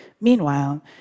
Meanwhile